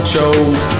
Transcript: Chose